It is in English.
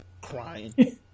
Crying